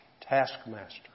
taskmaster